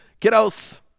kiddos